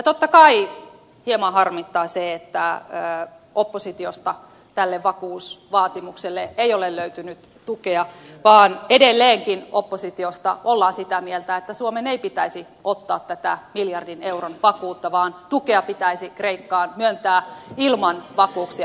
totta kai hieman harmittaa se että oppositiosta tälle vakuusvaatimukselle ei ole löytynyt tukea vaan edelleenkin oppositiossa ollaan sitä mieltä että suomen ei pitäisi ottaa tätä miljardin euron vakuutta vaan tukea pitäisi kreikkaan myöntää ilman vakuuksia